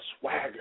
swagger